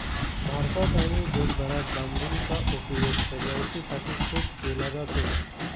भारतात आणि जगभरात बांबूचा उपयोग सजावटीसाठी खूप केला जातो